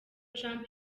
trump